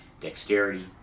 dexterity